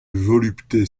volupté